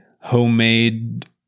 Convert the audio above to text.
Homemade